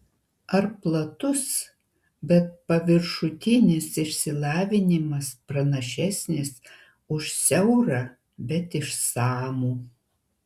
ar platus bet paviršutinis išsilavinimas pranašesnis už siaurą bet išsamų